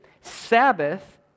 Sabbath